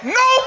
no